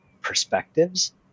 perspectives